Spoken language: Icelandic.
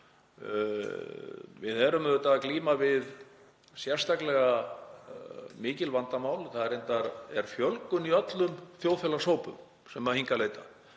Við erum auðvitað að glíma við sérstaklega mikil vandamál. Það er reyndar fjölgun í öllum þjóðfélagshópum sem hingað leita